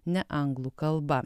ne anglų kalba